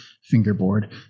fingerboard